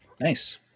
Nice